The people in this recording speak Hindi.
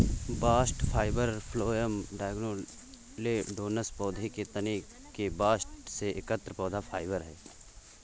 बास्ट फाइबर फ्लोएम डाइकोटिलेडोनस पौधों के तने के बास्ट से एकत्र पौधा फाइबर है